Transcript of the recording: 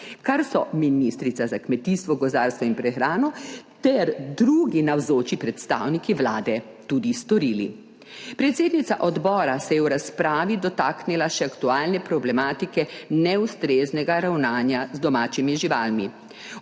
kar so ministrica za kmetijstvo, gozdarstvo in prehrano ter drugi navzoči predstavniki Vlade tudi storili. Predsednica odbora se je v razpravi dotaknila še aktualne problematike neustreznega ravnanja z domačimi živalmi.